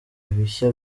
ibishya